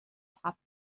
topped